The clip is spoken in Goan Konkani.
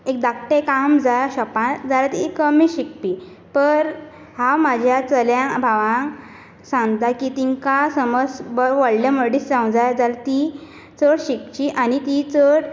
एक धाकटें काम जाय शोपार जाल्यार ती कमी शिकपी तर हांव म्हज्या चल्या भावांक सांगता की तांकां बरें व्हडलें मनीस जावंक जाय जाल्यार ती चड शिकची आनी ती चड